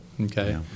Okay